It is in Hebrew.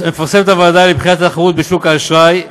הוועדה לבחינת התחרות בשוק האשראי,